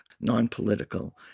non-political